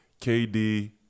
KD